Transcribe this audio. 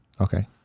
okay